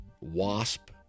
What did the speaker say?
Wasp